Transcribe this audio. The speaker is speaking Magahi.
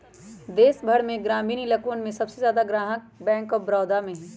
देश भर में ग्रामीण इलकवन के सबसे ज्यादा ग्राहक बैंक आफ बडौदा में हई